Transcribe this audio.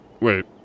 Wait